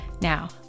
Now